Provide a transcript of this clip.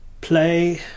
play